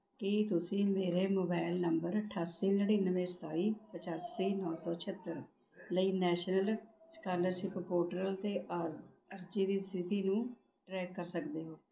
ਕੀ ਤੁਸੀਂ ਮੇਰੇ mobile number ਅਠਾਸੀ ਨੜਿਨਵੇਂ ਸਤਾਈ ਪਚਾਸੀ ਨੌ ਸੌ ਛੇਹੱਤਰ ਲਈ ਨੈਸ਼ਨਲ ਸਕਾਲਰਸ਼ਿਪ ਪੋਰਟਲ 'ਤੇ ਆ ਅਰਜ਼ੀ ਦੀ ਸਥਿਤੀ ਨੂੰ ਟਰੈਕ ਕਰ ਸਕਦੇ ਹੋ